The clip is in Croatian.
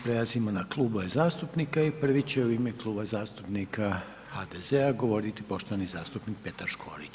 Prelazimo na klubove zastupnika i prvi će u ime Kluba zastupnika HDZ-a govoriti poštovani zastupnik Petar Škorić.